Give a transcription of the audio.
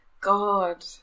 God